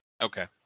Okay